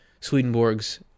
Swedenborg's